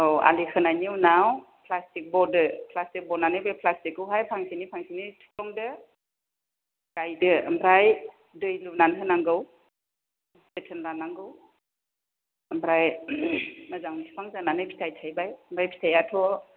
औ आलि खोनायनि उनाव प्लास्टिक बदो प्लास्टिक बनानै बे प्लास्टिकखौहाय फांसेनि फांसेनि थुफ्लंदो गायदो आमफ्राइ दै लुनानै होनांगौ जोथोन लानांगौ आमफ्राइ मोजां फिफां जानानै फिथाइ थाइबाय आमफ्राइ फिथाइयाथ'